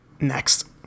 Next